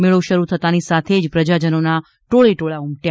મેળો શરૂ થતાં ની સાથે જ પ્રજાજનોના ટોળે ટોળા ઉમટ્યા